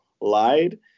lied